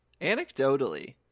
anecdotally